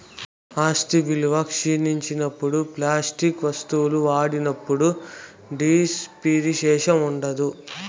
ఆస్తి విలువ క్షీణించినప్పుడు ఫ్యాక్టరీ వత్తువులను వాడినప్పుడు డిప్రిసియేషన్ ఉంటాది